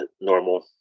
normal